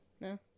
No